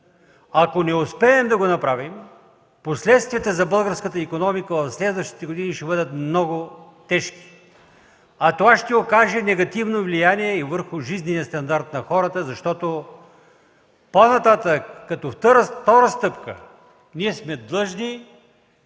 Ако не успеем да го направим, последствията за българската икономика в следващите години ще бъдат много тежки, а това ще окаже негативно влияние и върху жизнения стандарт на хората, защото по-нататък като втора стъпка ние сме длъжни